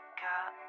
Got